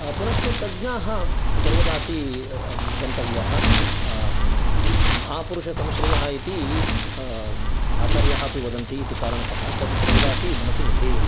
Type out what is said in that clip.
पुनश्च तज्ञाः सर्वदापि गन्तव्याः महापुरुषसंश्रेयः इति आचार्याः अपि वदन्ति इति कारणतः तद् सर्वदापि मनसि निधेयम्